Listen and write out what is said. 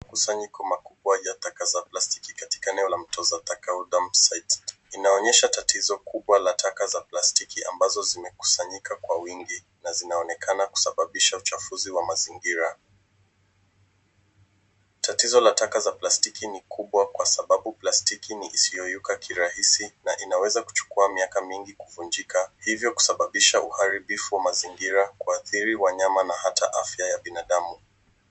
Mkusanyiko makubwa ya taka za plastiki katika eneo la mtoza taka au dumpsite inaonyesha tatizo kubwa la taka za plastiki ambazo zimekusanyika kwa wingi na zinaonekana kusababisha uchafuzi wa mazingira. Tatizo la taka za plastiki ni kubwa kwa sababu plastiki ni isiyoyeyuka kirahisi na inaweza kuchukua miaka mingi kuvunjika hivyo kusababisha uharibifu wa mazingira, kuathiri wanyama na hata afya ya binadamu.